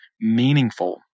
meaningful